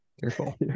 Careful